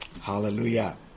Hallelujah